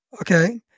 Okay